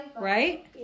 Right